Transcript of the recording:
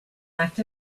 act